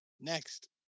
next